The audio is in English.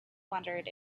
wondered